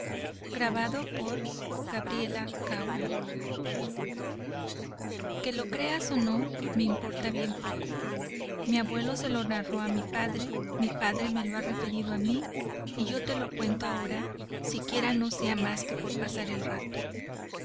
gustavo adolfo bécquer que lo creas o no me importa bien poco mi abuelo se lo narró a mi padre mi padre me lo ha referido a mí y yo te lo cuento ahora siquiera no sea más que por pasar el rato